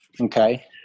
Okay